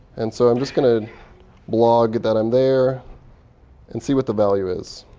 and so i'm just going to blog that i'm there and see what the value is.